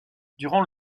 durant